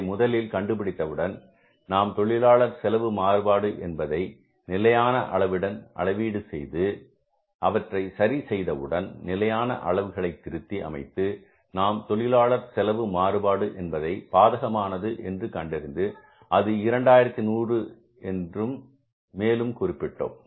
அதை முதலில் கண்டு பிடித்தவுடன் நாம் தொழிலாளர் செலவு மாறுபாடு என்பதை நிலையான அளவுகளுடன் அளவீடு செய்து அவற்றை சரி செய்தவுடன் நிலையான அளவுகளை திருத்தி அமைத்து நாம் தொழிலாளர் செலவு மாறுபாடு என்பதை பாதகமானது என்று கண்டறிந்து அது 2100 என்று மேலும் குறிப்பிட்டோம்